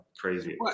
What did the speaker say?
crazy